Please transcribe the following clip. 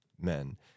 men